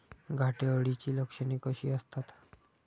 घाटे अळीची लक्षणे कशी असतात?